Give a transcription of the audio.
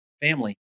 family